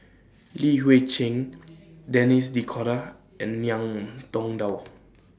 Li Hui Cheng Denis D'Cotta and Ngiam Tong Dow